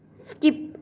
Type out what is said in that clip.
skip